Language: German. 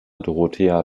dorothea